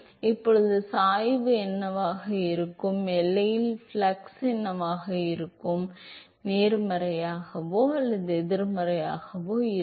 எனவே இப்போது சாய்வு என்னவாக இருக்கும் எல்லையில் ஃப்ளக்ஸ் என்னவாக இருக்கும் அது நேர்மறையாகவோ அல்லது எதிர்மறையாகவோ இருக்கும்